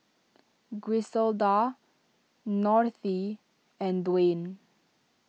Griselda and Dawne